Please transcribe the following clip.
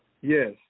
yes